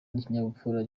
n’ikinyabupfura